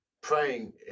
praying